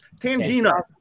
Tangina